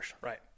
Right